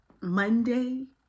Monday